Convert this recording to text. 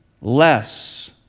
less